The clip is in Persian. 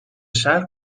شهر